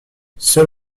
seul